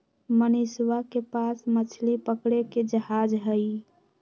मनीषवा के पास मछली पकड़े के जहाज हई